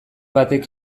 batek